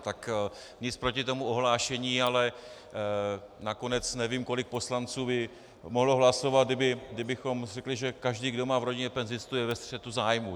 Tak nic proti tomu ohlášení, ale nakonec nevím, kolik poslanců by mohlo hlasovat, kdybychom řekli, že každý, kdo má v rodině penzistu, je ve střetu zájmů.